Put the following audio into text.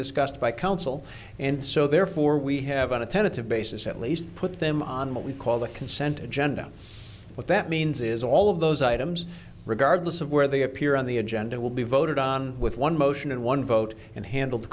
discussed by council and so therefore we have a tentative basis at least put them on what we call the consent agenda what that means is all of those items regardless of where they appear on the agenda will be voted on with one motion and one vote and handled